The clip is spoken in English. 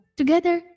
together